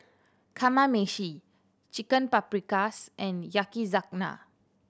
Kamameshi Chicken Paprikas and Yakizakana